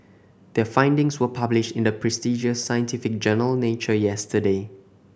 their findings were published in the prestigious scientific journal Nature yesterday